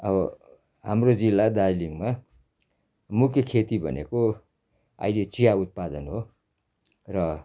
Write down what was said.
अब हाम्रो जिल्ला दार्जिलिङमा मुख्य खेती भनेको अहिले चिया उत्पादन हो र